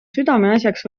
südameasjaks